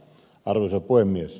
arvoisa puhemies